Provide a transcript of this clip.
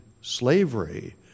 slavery